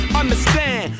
understand